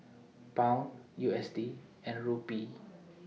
Pound U S D and Rupee